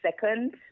second